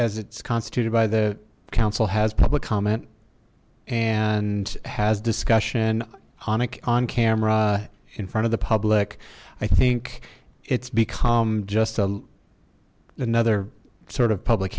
as it's constituted by the council has public comment and has discussion on ik on camera in front of the public i think it's become just a another sort of public